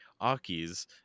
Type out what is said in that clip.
Aki's